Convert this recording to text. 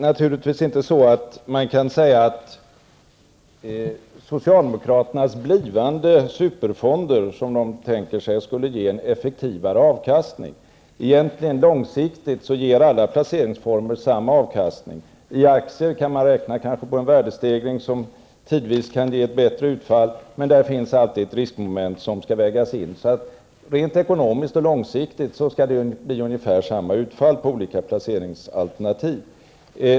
Fru talman! Man kan naturligtvis inte säga att de superfonder som socialdemokraterna tänker sig skulle ge en effektivare avkastning. Långsiktigt ger alla placeringsformer egentligen samma avkastning. Om man placerar i aktier kan man räkna med en värdestegring som tidvis kan ge ett bättre utfall, men där finns alltid ett riskmoment som skall vägas in. Rent ekonomiskt och långsiktigt skall det bli ungefär samma utfall av olika placeringsalternativ.